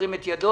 ירים את ידו.